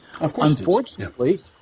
unfortunately